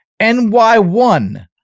NY1